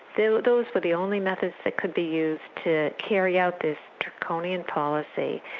so those were the only methods that could be used to carry out this draconian policy.